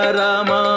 rama